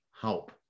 help